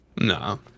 No